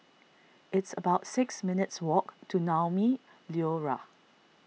it's about six minutes' walk to Naumi Liora